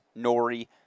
Nori